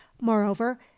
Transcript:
moreover